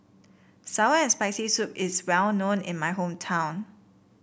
sour and Spicy Soup is well known in my hometown